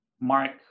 mark